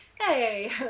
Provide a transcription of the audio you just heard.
Hey